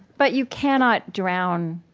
but you cannot drown,